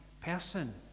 person